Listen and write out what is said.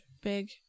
big